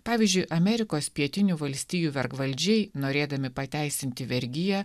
pavyzdžiui amerikos pietinių valstijų vergvaldžiai norėdami pateisinti vergiją